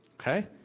okay